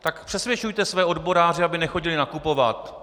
Tak přesvědčujte své odboráře, aby nechodili nakupovat!